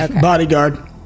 Bodyguard